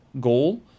goal